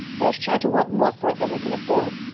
they're sure to want more for it than we can afford.